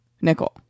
Nickel